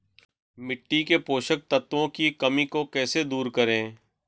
मिट्टी के पोषक तत्वों की कमी को कैसे दूर करें?